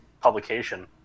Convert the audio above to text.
publication